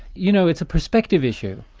you know, it's a perspective issue.